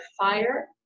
fire